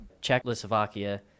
Czechoslovakia